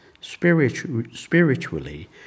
Spiritually